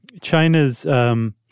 China's –